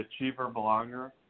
achiever-belonger